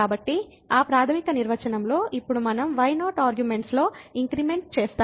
కాబట్టి ఆ ప్రాథమిక నిర్వచనంలో ఇప్పుడు మనం y0 ఆర్గ్యుమెంట్స్లో ఇంక్రిమెంట్ చేస్తాము